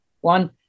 one